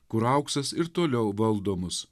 kur auksas ir toliau valdo mus